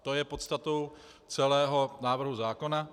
To je podstatou celého návrhu zákona.